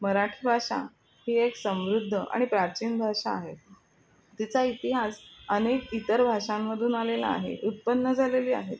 मराठी भाषा ही एक समृद्ध आणि प्राचीन भाषा आहे तिचा इतिहास अनेक इतर भाषांमधून आलेला आहे उत्पन्न झालेली आहे ती